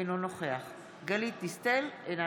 אינו נוכח גלית דיסטל אטבריאן,